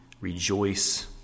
rejoice